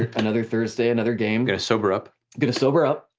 another thursday, another game. gonna sober up. gonna sober up.